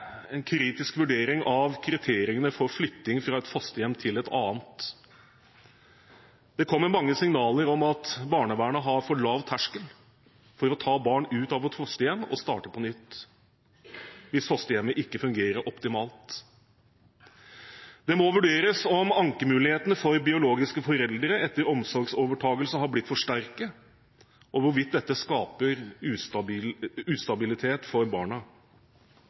en kritisk vurdering av kriteriene for flytting fra ett fosterhjem til et annet. Det kommer mange signaler om at barnevernet har for lav terskel for å ta barn ut av et fosterhjem og starte på nytt hvis fosterhjemmet ikke fungerer optimalt. Det må vurderes om ankemulighetene for biologiske foreldre etter omsorgsovertakelse har blitt for sterke, og hvorvidt dette skaper ustabilitet for barna.